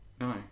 No